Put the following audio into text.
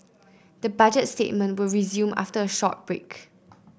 the Budget statement will resume after a short break